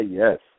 yes